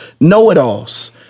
know-it-alls